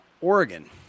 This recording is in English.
Oregon